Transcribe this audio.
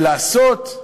ולעשות?